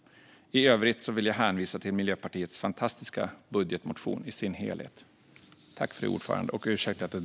I övrigt hänvisar jag till Miljöpartiets fantastiska budgetmotion i dess helhet.